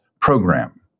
program